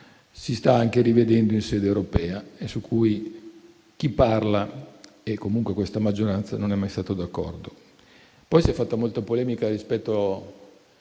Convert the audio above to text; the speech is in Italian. si sta anche rivedendo in sede europea, e su cui chi parla, e comunque questa maggioranza, non è mai stato d'accordo. Si è fatta anche molta polemica rispetto